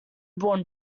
born